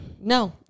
No